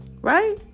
Right